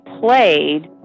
played